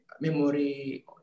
memory